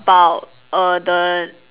about err the